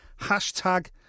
hashtag